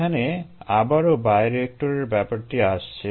এখানে আবারো বায়োরিয়েক্টরের ব্যাপারটি আসছে